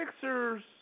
Sixers